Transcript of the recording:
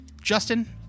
Justin